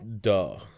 Duh